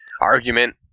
argument